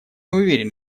уверен